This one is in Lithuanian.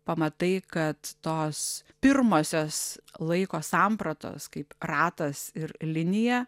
pamatai kad tos pirmosios laiko sampratos kaip ratas ir linija